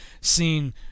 seen